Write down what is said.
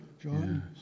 John